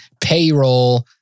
payroll